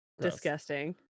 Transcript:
disgusting